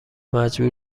مجبور